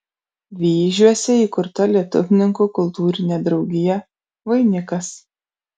vyžiuose įkurta lietuvininkų kultūrinė draugija vainikas